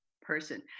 person